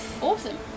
Awesome